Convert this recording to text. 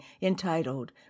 entitled